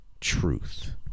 truth